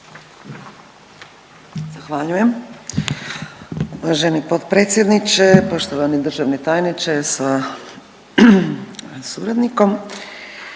Zahvaljujem uvaženi potpredsjedniče, poštovani državni tajniče sa suradnikom.